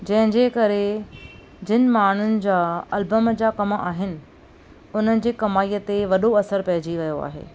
जंहिंजे करे जिन माण्हुनि जा अलबम जा कम आहिनि उन्हनि जे कमाईअ ते वॾो असरु पइजी वियो आहे